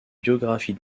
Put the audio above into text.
biographie